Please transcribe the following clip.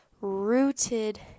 rooted